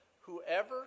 Whoever